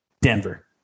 Denver